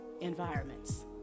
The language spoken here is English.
environments